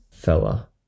fella